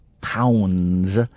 pounds